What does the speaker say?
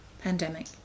pandemic